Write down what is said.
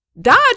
Dodge